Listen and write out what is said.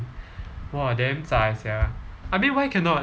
!wah! damn zai sia I mean why cannot